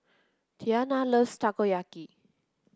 Tianna loves Takoyaki